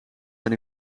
ben